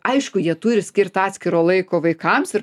aišku jie turi skirti atskiro laiko vaikams ir